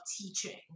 teaching